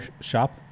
shop